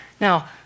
Now